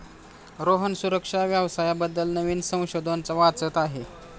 रोहन सुरक्षा व्यवसाया बद्दल नवीन संशोधन वाचत आहे